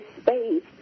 space